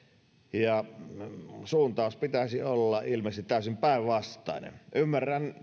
ja suuntauksen pitäisi olla ilmeisesti täysin päinvastainen ymmärrän